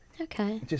Okay